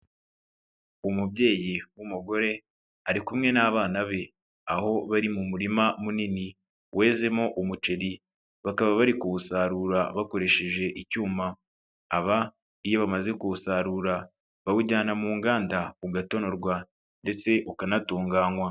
Umubyeyi w'umugore ari kumwe n'abana be, aho bari mu murima munini wezemo umuceri bakaba bari kuwusarura bakoresheje icyuma. Aba iyo bamaze kuwusarura bawujyana mu nganda ugatonorwa ndetse ukanatunganywa.